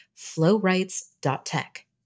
flowrights.tech